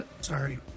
sorry